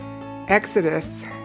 Exodus